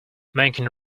making